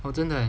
我真的